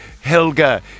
Helga